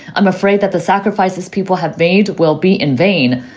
i'm afraid that the sacrifices people have made will be in vain.